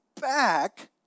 back